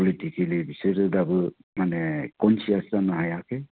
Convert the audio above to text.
politically बिसोरो दाबो मानि कनसियास जानो हायाखै